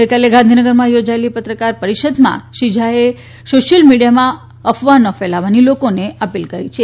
ગઇકાલે ગાંધીનગરમાં થોજાયેલી પત્રકાર પરીષદમાં શ્રી ઝા એ સોશિયલ મીડીયામાં અફવા ન ફેલાવવાની લોકોને અપીલ કરી હતી